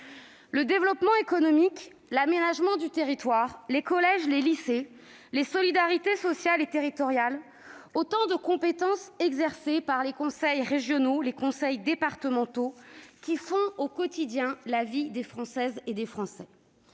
Le développement économique, l'aménagement du territoire, les collèges, les lycées, les solidarités sociales et territoriales : autant de compétences exercées par les conseils régionaux et les conseils départementaux qui font au quotidien la vie des Françaises et des Français.